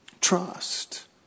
Trust